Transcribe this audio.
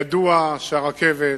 ידוע שהרכבת